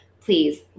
Please